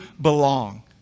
belong